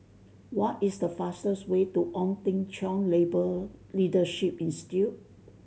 what is the fastest way to Ong Teng Cheong Labour Leadership Institute